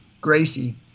Gracie